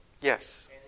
Yes